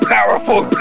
Powerful